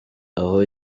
aho